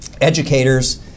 educators